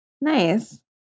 Nice